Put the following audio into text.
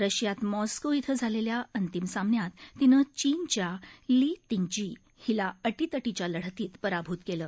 रशियात मॉस्को इथं झालेल्या अंतिम सामन्यात तिनं चीनच्या ली तिंगजी हिला अटीतटीच्या लढतीत पराभूत केलं